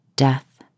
Death